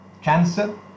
cancer